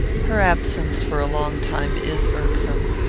her absence for a long time is irksome.